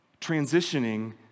transitioning